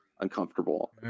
uncomfortable